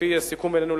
לפי הסיכום בינינו,